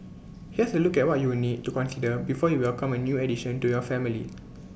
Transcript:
here's A look at what you will need to consider before you welcome A new addition to your family